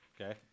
Okay